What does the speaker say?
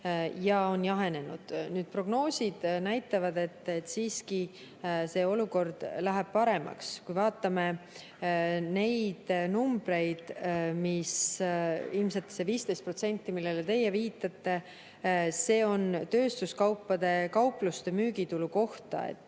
ja jahenenud. Prognoosid näitavad, et olukord läheb siiski paremaks. Vaatame neid numbreid, ilmselt see 15%, millele teie viitate, see on tööstuskaupade kaupluste müügitulu kohta.